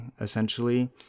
essentially